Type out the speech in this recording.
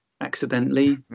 accidentally